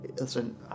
Listen